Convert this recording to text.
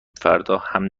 فرداهم